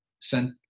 sent